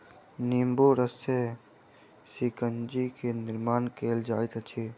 नेबो रस सॅ शिकंजी के निर्माण कयल जाइत अछि